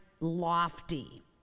lofty